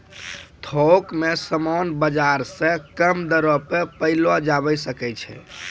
थोक मे समान बाजार से कम दरो पर पयलो जावै सकै छै